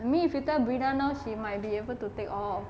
I mean if you tell brina now she might be able to take off